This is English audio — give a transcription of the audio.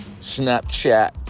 Snapchat